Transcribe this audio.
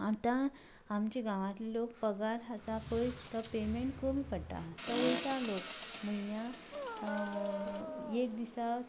आतां आमच्या गांवांतले लोक पगार आसा पळय तो पेमेंट कमी पडटा आतां वयता लोक म्हयन्याक एक दिसाक